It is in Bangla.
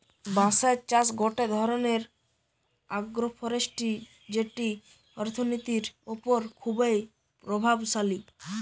বাঁশের চাষ গটে ধরণের আগ্রোফরেষ্ট্রী যেটি অর্থনীতির ওপর খুবই প্রভাবশালী